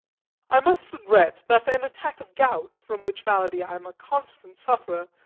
i must regret that an attack of gout, from which malady i am a constant sufferer,